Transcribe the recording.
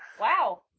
Wow